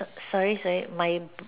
err sorry sorry my